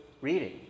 reading